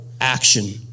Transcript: action